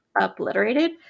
obliterated